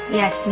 yes